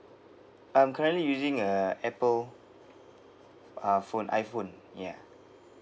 I'm currently using a apple uh phone iphone ya